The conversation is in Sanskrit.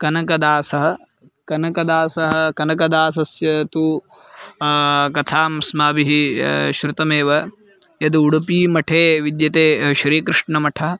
कनकदासः कनकदासः कनकदासस्य तु कथाम् अस्माभिः श्रुतमेव यत् उडुपीमठे विद्यते श्रीकृष्णमठः